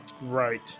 Right